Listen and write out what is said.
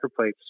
microplates